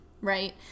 Right